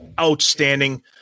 outstanding